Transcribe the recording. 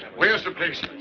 where's the place?